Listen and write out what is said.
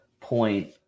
point